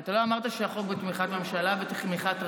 אתה לא אמרת שהחוק בתמיכת הממשלה ותמיכת רע"מ,